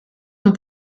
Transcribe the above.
dans